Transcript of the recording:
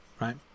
right